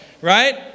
right